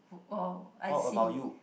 uh oh I see